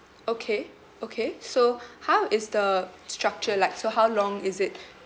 okay okay so how is the structure like so how long is it